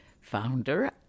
founder